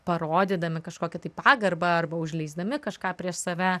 parodydami kažkokią tai pagarbą arba užleisdami kažką prieš save